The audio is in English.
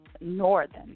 northern